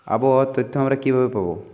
আবহাওয়ার তথ্য আমরা কিভাবে পাব?